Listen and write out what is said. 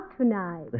tonight